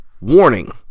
Warning